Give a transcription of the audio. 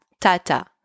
tata